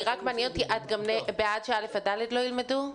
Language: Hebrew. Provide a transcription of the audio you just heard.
רק מעניין אותי, את גם בעד שא' ד' לא ילמדו?